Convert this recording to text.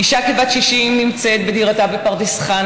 אישה כבת 60 נמצאת בדירתה בפרדס חנה